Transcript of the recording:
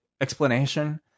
explanation